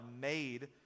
made